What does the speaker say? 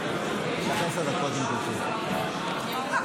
חברי הכנסת, התקבלה בקריאה הראשונה ותחזור